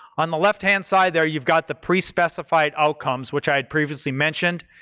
on the left-hand side there you've got the pre-specific outcomes, which i previously mentioned,